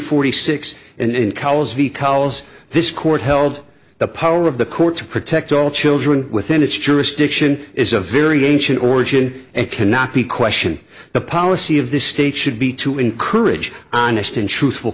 forty six and cows v culls this court held the power of the court to protect all children within its jurisdiction is a very ancient origin and cannot be question the policy of this state should be to encourage honest and truthful